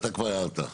אתה כבר הערת.